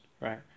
right